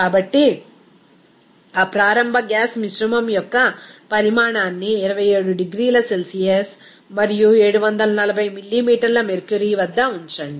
కాబట్టి ఆ ప్రారంభ గ్యాస్ మిశ్రమం యొక్క పరిమాణాన్ని 27 డిగ్రీల సెల్సియస్ మరియు 740 మిల్లీమీటర్ల మెర్క్యురీ వద్ద ఉంచండి